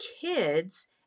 kids